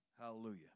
Hallelujah